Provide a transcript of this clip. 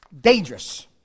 dangerous